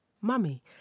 Mummy